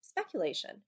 speculation